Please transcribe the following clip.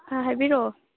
ꯑ ꯍꯥꯏꯕꯤꯔꯛꯑꯣ